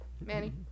Manny